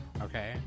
okay